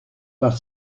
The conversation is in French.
par